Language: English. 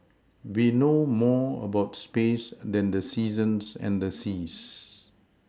we know more about space than the seasons and the seas